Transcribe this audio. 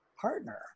partner